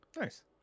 Nice